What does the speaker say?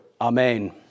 Amen